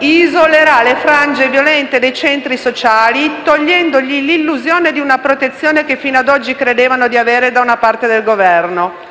isolerà le frange violente dei centri sociali, togliendo loro l'illusione di una protezione che fino ad oggi credevano di avere da una parte del Governo.